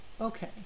Okay